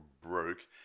broke